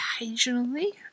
occasionally